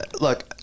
Look